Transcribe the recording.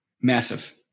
massive